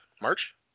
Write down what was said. March